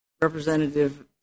representative